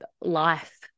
life